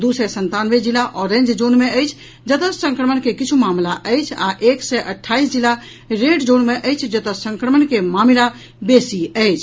दू सय संतानवे जिला ऑरेंज जोन मे अछि जतऽ संक्रमण के किछु मामिला अछि आ एक सय अठाईस जिला रेड जोन मे अछि जतऽ संक्रमण के मामिला बेसी अछि